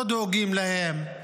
לא דואגים להם,